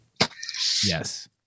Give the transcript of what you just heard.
Yes